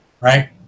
right